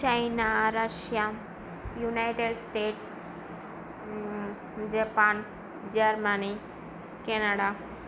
China Russia United States Japan Germany Canada